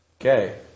Okay